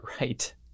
Right